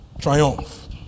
Triumph